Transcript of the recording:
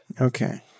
Okay